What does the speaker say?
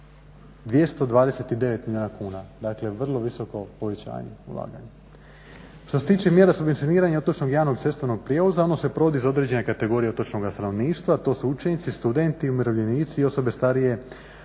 229 milijuna kuna, dakle vrlo visoko povećanje ulaganja. Što se tiče … subvencioniranja otočnog javnog cestovnog prijevoza ono se provodi iz određene kategorije otočnoga stanovništva, to su učenici, studenti, umirovljenici i osobe starije od